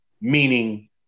meaning